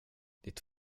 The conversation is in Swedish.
ditt